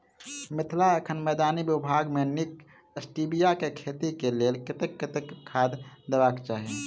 मिथिला एखन मैदानी भूभाग मे नीक स्टीबिया केँ खेती केँ लेल कतेक कतेक खाद देबाक चाहि?